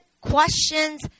questions